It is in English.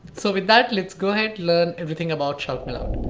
so with that, let's go ahead, learn everything about shoutmeloud.